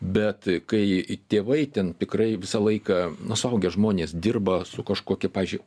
bet kai tėvai ten pikrai visą laiką na suaugę žmonės dirba su kažkokia pavyzdžiui